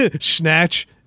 Snatch